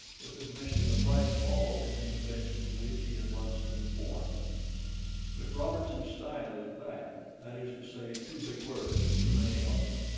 with admission of like fault in the convention to which he had once conformed if robertson's style is bad, that is to say, too big words and too many of them,